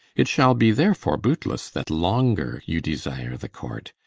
it shall be therefore bootlesse, that longer you desire the court,